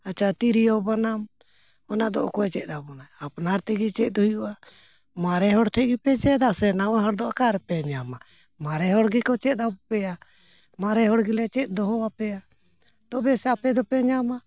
ᱟᱪᱪᱷᱟ ᱛᱤᱨᱭᱳ ᱵᱟᱱᱟᱢ ᱚᱱᱟ ᱫᱚ ᱚᱠᱚᱭ ᱪᱮᱫ ᱟᱵᱚᱱᱟᱭ ᱟᱯᱱᱟᱨ ᱛᱮᱜᱮ ᱪᱮᱫ ᱦᱩᱭᱩᱜᱼᱟ ᱢᱟᱨᱮ ᱦᱚᱲ ᱴᱷᱮᱱ ᱜᱮᱯᱮ ᱪᱮᱫᱟ ᱥᱮ ᱱᱟᱣᱟ ᱦᱚᱲ ᱫᱚ ᱚᱠᱟᱨᱮᱯᱮ ᱧᱟᱢᱟ ᱢᱟᱨᱮ ᱦᱚᱲ ᱜᱮᱠᱚ ᱪᱮᱫ ᱟᱯᱮᱭᱟ ᱢᱟᱨᱮ ᱦᱚᱲ ᱜᱮᱞᱮ ᱪᱮᱫ ᱫᱚᱦᱚᱣ ᱟᱯᱮᱭᱟ ᱛᱚᱵᱮ ᱥᱮ ᱟᱯᱮ ᱫᱚᱯᱮ ᱧᱟᱢᱟ